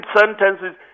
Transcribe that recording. sentences